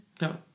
No